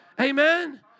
Amen